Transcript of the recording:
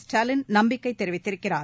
ஸ்டாலின் நம்பிக்கை தெரிவித்திருக்கிறார்